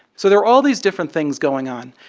so there were all these different things going on,